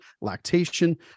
lactation